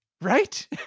Right